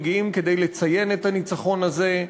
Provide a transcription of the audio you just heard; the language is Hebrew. כדי לציין את הניצחון הזה.